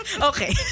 Okay